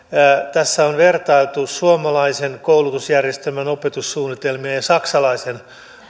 tässä on vertailtu suomalaisen koulutusjärjestelmän opetussuunnitelmia ja saksalaisen